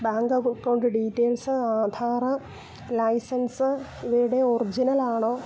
bank account details Aadhaar licence ഇവയുടെ ഒറിജിനലാണോ